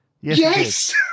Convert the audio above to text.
Yes